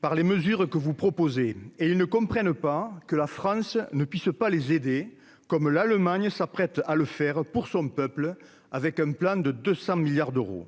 par les mesures que vous proposez et ils ne comprennent pas que la France ne puisse pas les aider, comme l'Allemagne s'apprête à le faire pour son peuple, avec un plan de 200 milliards d'euros